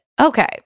Okay